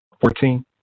Fourteen